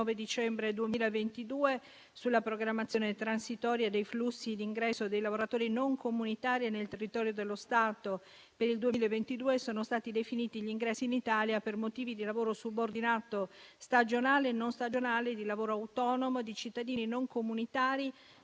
dicembre 2022 sulla programmazione transitoria dei flussi di ingresso dei lavoratori non comunitari nel territorio dello Stato per il 2022, sono stati definiti gli ingressi in Italia per motivi di lavoro subordinato, stagionale e non stagionale, e di lavoro autonomo di cittadini non comunitari